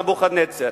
של נבוכדנצר.